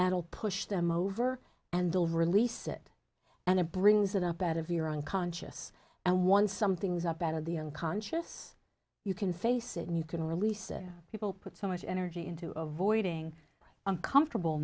will push them over and over release it and it brings it up out of your own conscious and once something's up out of the unconscious you can face it and you can release it people put so much energy into a voiding uncomfortable